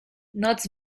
noc